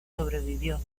sobrevivió